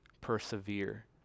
persevere